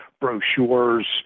brochures